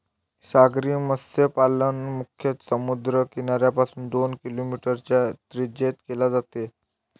सागरी मत्स्यपालन मुख्यतः समुद्र किनाऱ्यापासून दोन किलोमीटरच्या त्रिज्येत केले जाते